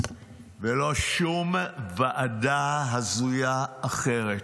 ולא שום ועדה הזויה אחרת,